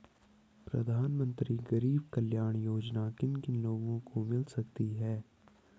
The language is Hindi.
प्रधानमंत्री गरीब कल्याण योजना किन किन लोगों को मिल सकती है?